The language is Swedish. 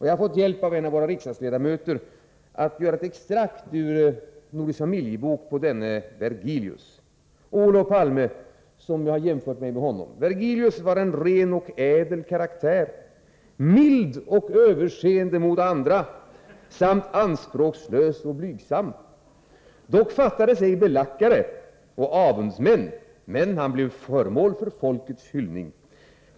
Jag har fått hjälp av en av våra riksdagsledamöter att göra ett extrakt ur Nordisk Familjebok om denne Vergilius. Olof Palme, som har jämfört mig med denne Vergilius: Vergilius var en ren och ädel karaktär, mild och överseende mot andra samt anspråkslös och blygsam, dock fattades ej belackare och avundsmän, men han blev föremål för folkets hyllning.